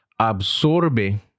absorbe